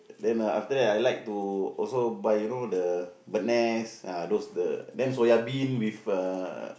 then ah after that I like to also buy you know the bird nest ah those the then soya bean with uh